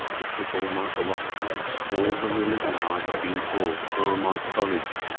it took all my philosophy, all the religion i had been taught, all my courage,